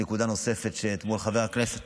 יש נקודה נוספת שאתמול העלה חבר הכנסת